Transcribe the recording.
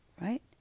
right